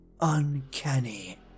uncanny